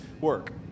work